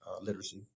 literacy